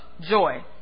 joy